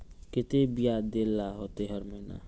केते बियाज देल ला होते हर महीने?